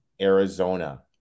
Arizona